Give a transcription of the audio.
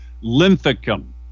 Linthicum